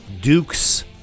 dukes